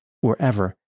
wherever